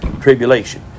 tribulation